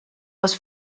was